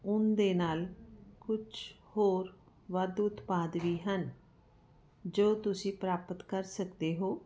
ਉੱਨ ਦੇ ਨਾਲ ਕੁਛ ਹੋਰ ਵਾਧੂ ਉਤਪਾਦ ਵੀ ਹਨ ਜੋ ਤੁਸੀਂ ਪ੍ਰਾਪਤ ਕਰ ਸਕਦੇ ਹੋ